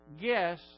guess